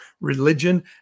religion